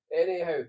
Anyhow